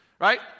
right